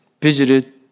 visited